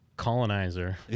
colonizer